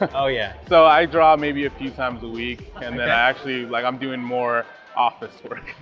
ah yeah so i draw maybe a few times a week and then i actually. like i'm doing more office work,